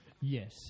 Yes